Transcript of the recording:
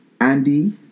Andy